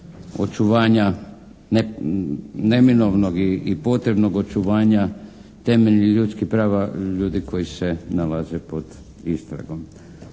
očuvanja neminovnog i potrebnog očuvanja temeljnih ljudskih prava ljudi koji se nalaze pod istragom.